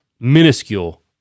minuscule